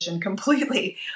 completely